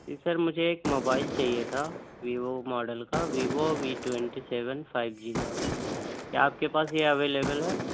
جی sir مجھے ایک mobile چاہیے تھا ویوو ماڈل کا Vivo V twenty seven five G کا کیا آپ کے پاس یہ اویلیبل ہے